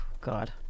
god